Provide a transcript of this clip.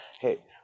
hey